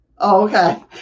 Okay